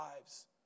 lives